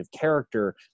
character